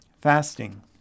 Fasting